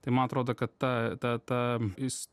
tai man atrodo kad ta ta ta is